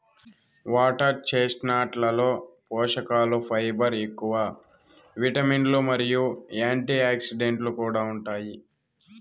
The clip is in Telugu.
వాటర్ చెస్ట్నట్లలో పోషకలు ఫైబర్ ఎక్కువ, విటమిన్లు మరియు యాంటీఆక్సిడెంట్లు కూడా ఉంటాయి